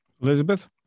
Elizabeth